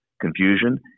confusion